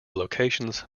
locations